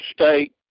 state